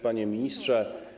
Panie Ministrze!